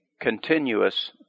continuous